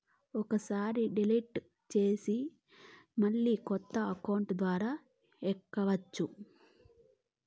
ఒక్కసారి డిలీట్ చేస్తే మళ్ళీ కొత్త అకౌంట్ ద్వారా ఎక్కియ్యచ్చు